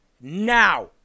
now